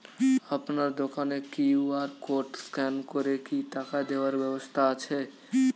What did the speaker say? আপনার দোকানে QR code scan করে কি টাকা দেওয়ার ব্যবস্থা আছে?